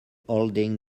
holding